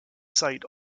site